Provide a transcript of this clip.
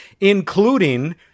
including